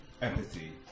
empathy